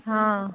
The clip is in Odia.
ହଁ